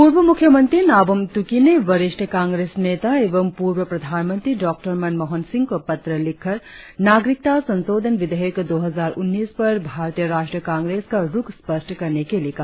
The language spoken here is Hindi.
पूर्व मुख्यमंत्री नाबम तुकी ने वरिष्ठ कांग्रेस नेता एवं पूर्व प्रधानमंत्री डॉ मनमोहन सिंह को पत्र लिखकर नागरिकता संशोधन विधेयक दो हजार उन्नीस पर भारतीय राष्ट्रीय कांग्रेस का रुख स्पष्ट करने के लिए कहा